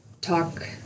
talk